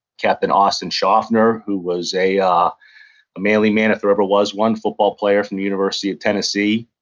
captain austin shofner, who was a um manly man if there ever was one, football player from the university of tennessee.